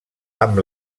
amb